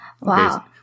Wow